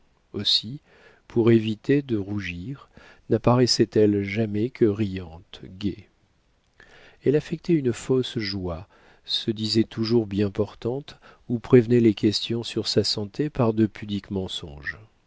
aussi pour éviter de rougir napparaissait elle jamais que riante gaie elle affectait une fausse joie se disait toujours bien portante ou prévenait les questions sur sa santé par de pudiques mensonges